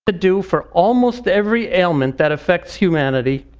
do for almost every ailment that effects humanity.